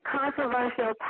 Controversial